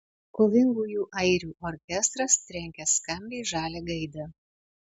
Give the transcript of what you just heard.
kovingųjų airių orkestras trenkia skambiai žalią gaidą